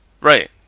Right